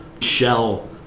shell